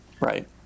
Right